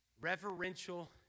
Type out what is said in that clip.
reverential